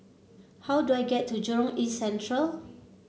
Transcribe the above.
how do I get to Jurong East Central